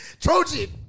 Trojan